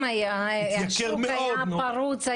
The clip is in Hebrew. גם אז השוק היה פרוץ,